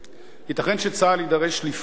"ייתכן שצה"ל יידרש לפעול יחד עם